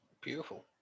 Beautiful